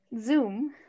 Zoom